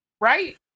Right